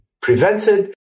prevented